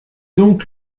donc